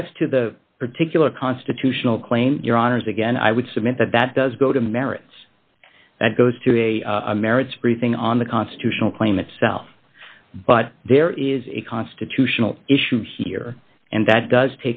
as to the particular constitutional claim your honour's again i would submit that that does go to merits that goes to a merits briefing on the constitutional claim itself but there is a constitutional issue here and that does